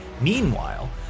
Meanwhile